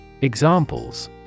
Examples